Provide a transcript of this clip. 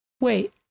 wait